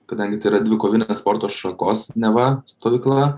kadangi tai yra dvikovinės sporto šakos neva stovykla